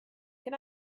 can